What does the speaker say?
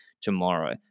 tomorrow